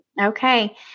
Okay